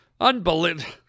Unbelievable